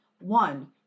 One